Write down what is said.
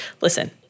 listen